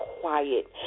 quiet